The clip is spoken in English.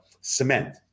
cement